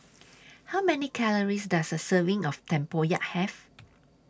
How Many Calories Does A Serving of Tempoyak Have